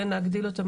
כן להגדיל אותו,